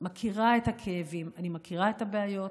מכירה את הכאבים, אני מכירה את הבעיות.